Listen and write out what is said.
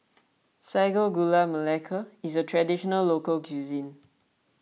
Sago Gula Melaka is a Traditional Local Cuisine